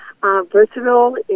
versatile